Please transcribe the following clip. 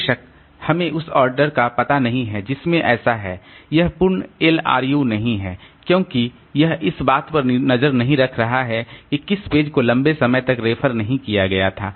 बेशक हमें उस ऑर्डर का पता नहीं है जिसमें ऐसा है यह पूर्ण एलआरयू नहीं है क्योंकि यह इस बात पर नज़र नहीं रख रहा है कि किस पेज को लंबे समय तक रेफर नहीं किया गया था